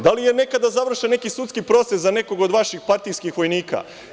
Da li je nekada završen neki sudski proces za nekog od vaših partijskih vojnika?